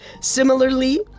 Similarly